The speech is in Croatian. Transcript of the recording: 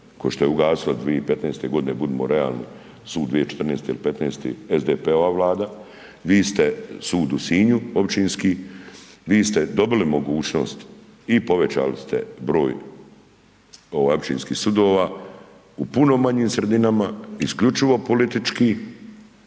kao što je ugasilo 2015. g. budimo realni, sud 2014. ili 2015. SDP-ova Vlada, vi ste sud u Sinju općinski, vi ste dobili mogućnost i povećali ste broj općinskih sudova u puno manjim sredinama, isključivo političkim